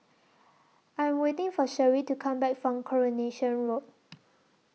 I Am waiting For Sherree to Come Back from Coronation Road